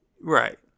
Right